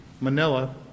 Manila